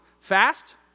Fast